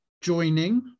joining